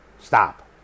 Stop